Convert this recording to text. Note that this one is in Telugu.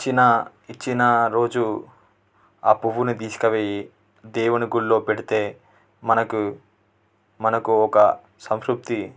విచ్చిన విచ్చిన రోజు ఆ పువ్వుని తీసుకుపోయి దేవుని గుళ్ళో పెడితే మనకు మనకు ఒక సంతృప్తి